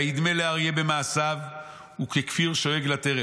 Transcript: וידמה לאריה במעשיו וככפיר שואג לטרף".